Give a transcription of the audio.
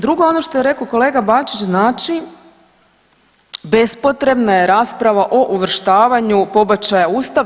Drugo, ono što je rekao kolega Bačić znači bespotrebna je rasprava o uvrštavanju pobačaja u Ustav.